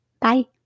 bye